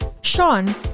sean